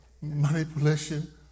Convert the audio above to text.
manipulation